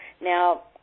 Now